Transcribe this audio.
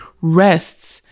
rests